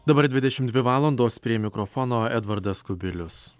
dabar dvidešimt dvi valandos prie mikrofono edvardas kubilius